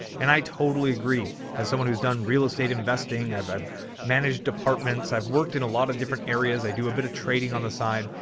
and i totally agree as someone who's done real estate investing i've i've managed departments. i've worked in a lot of different areas. i do a bit of trading on the side.